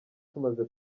tumaze